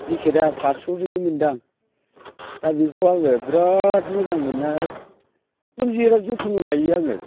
जेकेटआ फास्स'जोंनो मोनदों आं